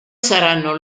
saranno